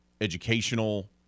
educational